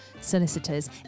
solicitors